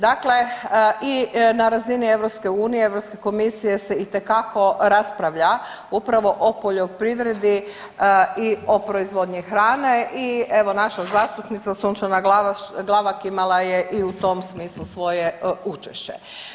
Dakle, i na razini EU Europska komisija se itekako rasprava upravo o poljoprivredi i o proizvodnji hrane i evo naša zastupnica Sunčana Glavaš, Glavak imala je i u tom smislu svoje učešće.